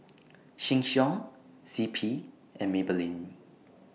Sheng Siong C P and Maybelline